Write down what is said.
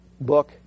book